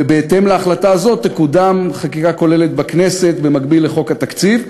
ובהתאם להחלטה זו תקודם חקיקה כוללת בכנסת במקביל לחוק התקציב.